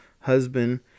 husband